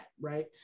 Right